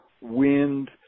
wind